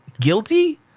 guilty